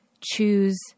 choose